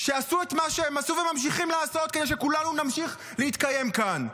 שעשו את מה שהם עשו וממשיכים לעשות כדי שכולנו נמשיך להתקיים כאן.